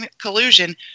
collusion